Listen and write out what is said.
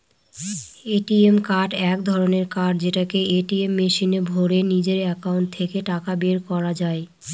ATM card এক ধরনের card যেটাকে এটিএম মেশিনে ভোরে নিজের একাউন্ট থেকে টাকা বের করা যায়